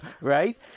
right